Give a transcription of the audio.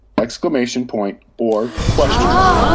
exclamation point, or question mark.